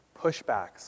Pushbacks